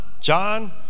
John